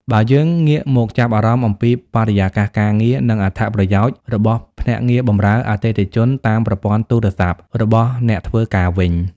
បើយើងងាកមកចាប់អារម្មណ៍អំពី បរិយាកាសការងារ និងអត្ថប្រយោជន៍របស់ភ្នាក់ងារបម្រើអតិថិជនតាមប្រព័ន្ធទូរស័ព្ទ របស់អ្នកធ្វើការវិញ។